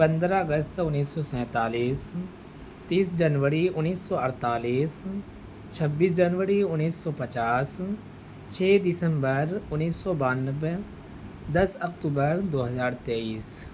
پندرہ اگست انیس سو سینتالیس تیس جنوری انیس سو اڑتالیس چھبیس جنوری انیس سو پچاس چھ دسمبر انیس سو بانوے دس اکتوبر دو ہزار تیئیس